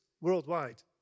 worldwide